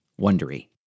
Wondery